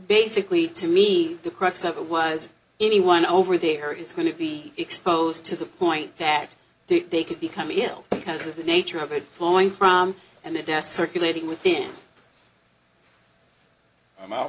basically to me the crux of it was anyone over there is going to be exposed to the point that they could become ill because of the nature of it flowing from and the dow circulating within a mile